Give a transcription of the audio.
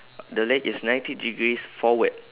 the leg is ninety degrees forward